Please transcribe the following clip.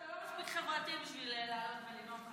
אתה לא מספיק חברתי בשביל לעלות ולנאום,